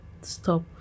stop